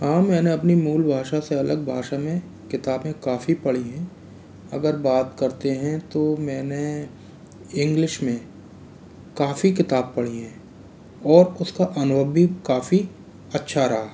हाँ मैंने अपनी मूल भाषा से अलग भाषा में किताबें काफ़ी पढ़ी हैं अगर बात करते हैं तो मैंने इंग्लिश में काफ़ी किताब पढ़ी हैं और उसका अनुभव भी काफ़ी अच्छा रहा